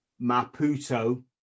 Maputo